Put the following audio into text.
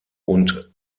und